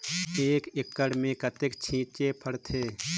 एक एकड़ मे कतेक छीचे पड़थे?